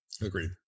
Agreed